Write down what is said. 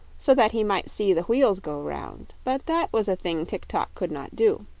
so that he might see the wheels go round but that was a thing tik-tok could not do.